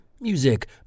Music